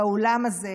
באולם הזה,